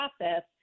process